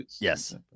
Yes